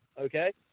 okay